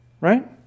right